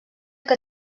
que